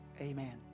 Amen